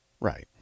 Right